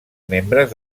membres